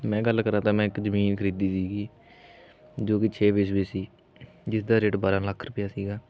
ਮੈਂ ਗੱਲ ਕਰਾਂ ਤਾਂ ਮੈਂ ਇੱਕ ਜ਼ਮੀਨ ਖਰੀਦੀ ਸੀਗੀ ਜੋ ਕਿ ਛੇ ਬਿਸਵੇ ਸੀ ਜਿਸਦਾ ਰੇਟ ਬਾਰ੍ਹਾਂ ਲੱਖ ਰੁਪਇਆ ਸੀਗਾ